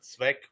zweck